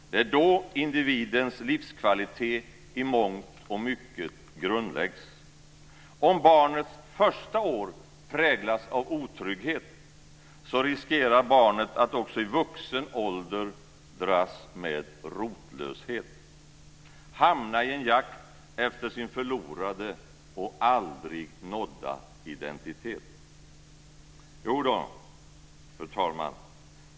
Det är då individens livskvalitet i mångt och mycket grundläggs. Om barnets första år präglas av otrygghet riskerar barnet att också i vuxen ålder dras med rotlöshet, hamna i en jakt efter sin förlorade och aldrig nådda identitet. Fru talman!